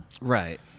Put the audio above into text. Right